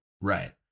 Right